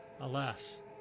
Alas